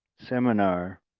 seminar